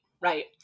right